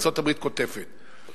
ארצות-הברית קוטפת.